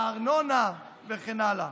הארנונה וכן הלאה.